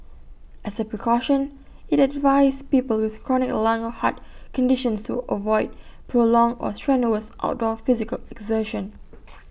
as A precaution IT advised people with chronic lung or heart conditions to avoid prolonged or strenuous outdoor physical exertion